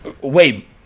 Wait